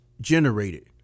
generated